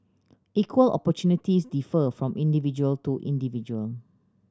equal opportunities differ from individual to individual